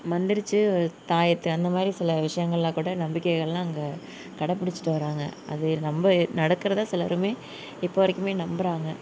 மந்திரிச்சு ஒரு தாயத்து அந்தமாதிரி சில விஷயங்கள்லாம் கூட நம்பிக்கைகள்லாம் அங்கே கடைப்பிடிச்சிட்டு வராங்க அது நம்ப நடக்கிறத சிலருமே இப்போது வரைக்குமே நம்பறாங்க